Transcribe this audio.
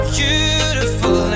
beautiful